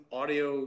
audio